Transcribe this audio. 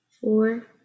four